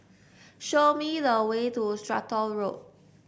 show me the way to Stratton Road